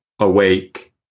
awake